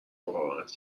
مقاومت